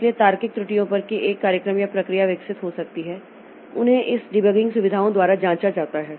इसलिए तार्किक त्रुटियों पर कि एक कार्यक्रम या प्रक्रिया विकसित हो सकती है उन्हें इस डीबगिंग सुविधाओं द्वारा जांचा जाता है